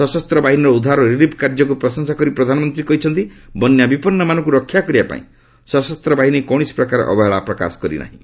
ସଶସ୍ତ ବାହିନୀର ଉଦ୍ଧାର ଓ ରିଲିଫ୍ କାର୍ଯ୍ୟକୁ ପ୍ରଶଂସା କରି ପ୍ରଧାନମନ୍ତ୍ରୀ କହିଛନ୍ତି ବନ୍ୟା ବିପନ୍ନମାନଙ୍କୁ ରକ୍ଷା କରିବା ପାଇଁ ସଶସ୍ତ ବାହିନୀ କୌଣସି ପ୍ରକାର ଅବହେଳା ପ୍ରକାଶ କରିନାହିଁ